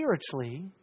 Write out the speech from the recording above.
spiritually